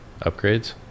Upgrades